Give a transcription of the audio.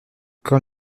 quand